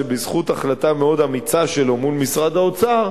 שבזכות החלטה מאוד אמיצה שלו מול משרד האוצר,